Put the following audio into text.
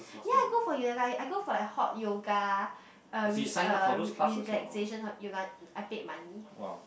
ya I go for yoga I go for like hot yoga uh re~ uh re~ relaxation hot yoga I paid money